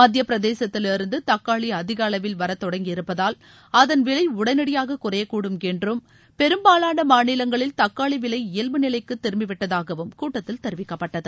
மத்தியப் பிரதேசத்திலிருந்து தக்காளி அதிக அளவில் வரத் தொடங்கியிருப்பதால் அதன் விலை உடனடியாக குறையக்கூடும் என்றும் பெரும்பாவான மாநிலங்களில் தக்காளி விலை இயல்பு நிலைக்கு திரும்பி விட்டதாகவும் கூட்டத்தில் தெரிவிக்கப்பட்டது